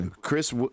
Chris